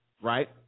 right